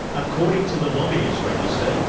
according to the lobbyist register,